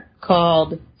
called